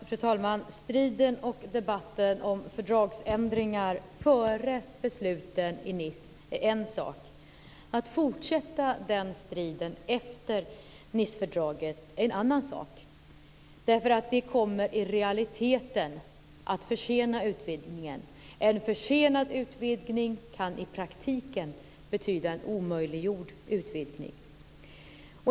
Fru talman! Striden och debatten om fördragsändringar före besluten i Nice är en sak. Att fortsätta den striden efter Nicefördraget är en annan sak, för det kommer i realiteten att försena utvidgningen. En försenad utvidgning kan i praktiken betyda en omöjliggjord utvidgning.